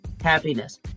happiness